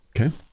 Okay